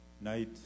night